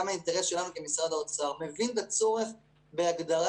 במשרד האוצר,